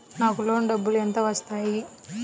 నాకు లోన్ డబ్బులు ఎంత వస్తాయి?